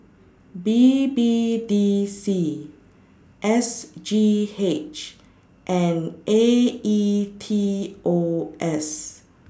B B D C S G H and A E T O S